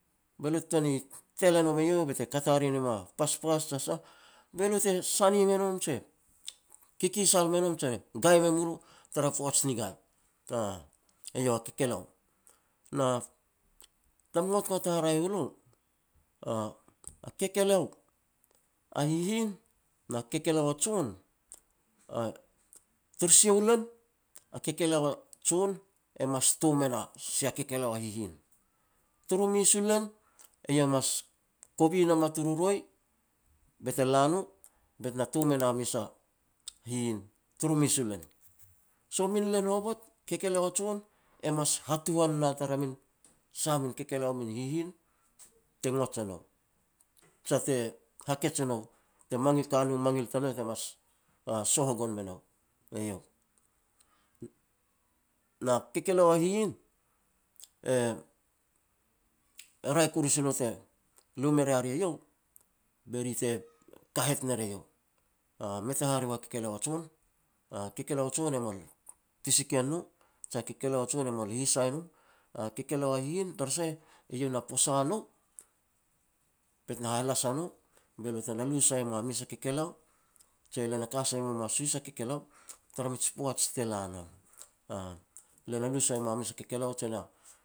be lo te tuan ni tel e nom eiau be te kat hare ne moa paspas jia sah, belo te sane me nom jia kikisal me nom je gai me mu lo tara poaj ni gai, uuh, eiau a kekeleo. Na tama ngotngot haraeh u lo a kekeleo a hihin na kekleo a jon taru sia u len a kekeleo a jon e mas tom ena sia kekeleo a hihin. Turu mes u len eiau mas kovi nam a turu roi be te la no be te tom e na mes a hihin, turu mes u len, so min len hovot kekeleo a jon, e mas hatuhan na tara min sah min kekeleo min hihin te ngots e nou, jia te hakej e nou, te mangil te ka na mangil tanou te mas soh gon me nou, eiau. Na kekeleo a hihin, e-e raeh koru si no te lu me ria ri eiau be ri te kahet ner eiau. Mei ta hare mea kekeleo a jon. A kekeleo a jon e mol pisikian no, je a kekeleo a jon e mol hisai no. A kekeleo a hihin e na posa nou bet na halas a no bet na lu sai mu a mes a kekeleo je lo na ka sai memu a suhis a kekeleo tara mij poaj te la nam, aah. Le na lu sai mu a mes a kekeleo